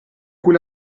cui